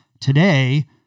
today